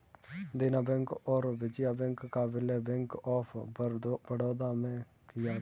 देना बैंक और विजया बैंक का विलय बैंक ऑफ बड़ौदा में किया गया है